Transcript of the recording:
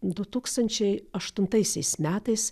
du tūkstančiai aštuntaisiais metais